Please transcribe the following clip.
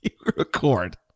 record